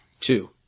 Two